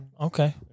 Okay